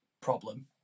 problem